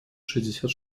шестьдесят